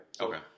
Okay